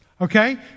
Okay